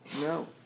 no